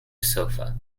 sofa